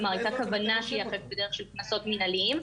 כלומר הייתה כוונה שייאכף בדרך של קנסות מנהליים.